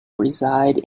reside